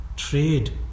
Trade